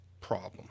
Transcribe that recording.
problem